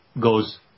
goes